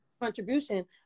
contribution